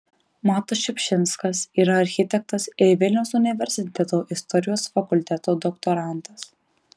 matas šiupšinskas yra architektas ir vilniaus universiteto istorijos fakulteto doktorantas